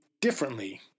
differently